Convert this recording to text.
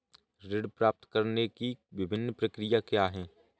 ऋण प्राप्त करने की विभिन्न प्रक्रिया क्या हैं?